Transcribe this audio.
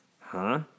Huh